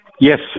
Yes